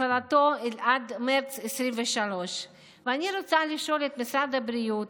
האריכו את הפעלתו עד מרץ 2023. ואני רוצה לשאול את משרד הבריאות,